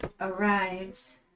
arrives